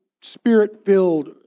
spirit-filled